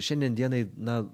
šiandien dienai na